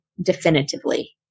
definitively